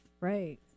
Right